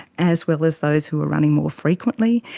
as well as those who are running more frequently.